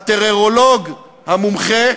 הטרורולוג המומחה,